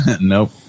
Nope